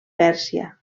pèrsia